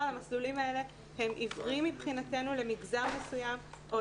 המסלולים האלה הם עיוורים מבחינתנו למגזר מסוים או